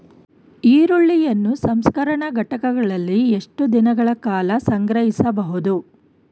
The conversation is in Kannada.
ಈರುಳ್ಳಿಯನ್ನು ಸಂಸ್ಕರಣಾ ಘಟಕಗಳಲ್ಲಿ ಎಷ್ಟು ದಿನಗಳ ಕಾಲ ಸಂಗ್ರಹಿಸಬಹುದು?